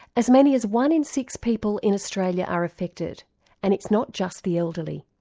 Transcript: as many as one in six people in australia are affected and it's not just the elderly.